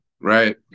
right